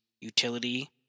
utility